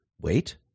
wait